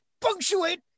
punctuate